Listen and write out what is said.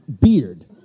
beard